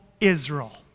israel